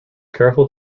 careful